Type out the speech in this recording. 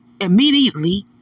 Immediately